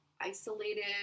isolated